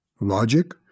Logic